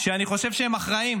שאני חושב שהם אחראים,